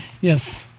yes